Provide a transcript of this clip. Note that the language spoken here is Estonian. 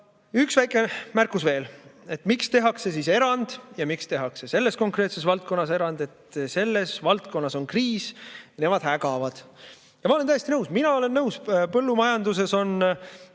Üks väike märkus veel. Miks tehakse erand ja miks tehakse just selles konkreetses valdkonnas erand? Selles valdkonnas on kriis ja nemad ägavad. Ma olen täiesti nõus. Mina olen nõus, et põllumajanduses on